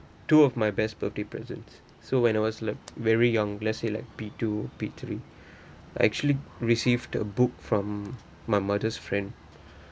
two of my best birthday present so when I was like very young let's say like P two P three I actually received a book from my mother's friend